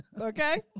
Okay